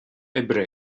oibre